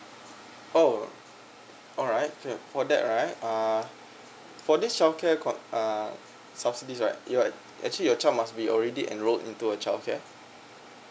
oh alright okay for that right uh for this self care con~ uh subsidies right you are actually your child must be already enrolled into a childcare